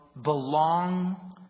belong